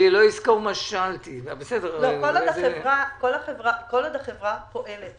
כל עוד החברה פועלת